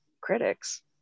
critics